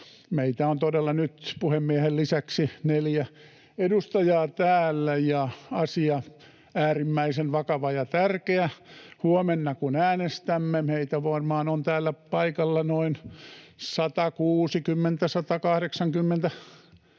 Meitä on todella nyt puhemiehen lisäksi neljä edustajaa täällä, ja asia on äärimmäisen vakava ja tärkeä. Huomenna kun äänestämme, meitä on varmaan täällä paikalla noin 160—180, näin